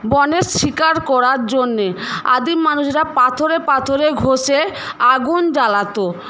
বনে শিকার করার জন্যে আদিম মানুষরা পাথরে পাথরে ঘষে আগুন জ্বালাত